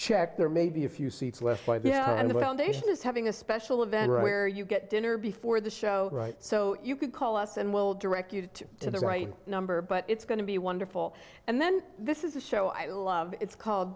check there may be a few seats left and the foundation is having a special event where you get dinner before the show right so you can call us and will direct you to to the right number but it's going to be wonderful and then this is a show i love it's called